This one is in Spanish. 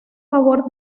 favor